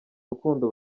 rukundo